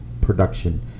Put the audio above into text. Production